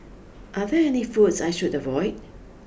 are there any foods I should avoid